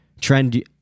trend